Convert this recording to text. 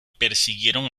persiguieron